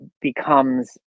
becomes